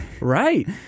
Right